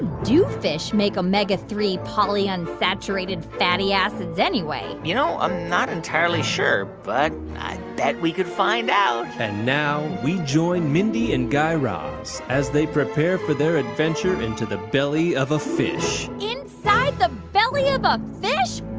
do fish make a omega three polyunsaturated fatty acids anyway? you know, i'm not entirely sure. but i bet we could find out and now we join mindy and guy raz as they prepare for their adventure into the belly of a fish inside the belly of a fish?